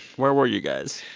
where were you guys?